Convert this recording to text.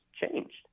changed